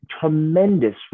tremendous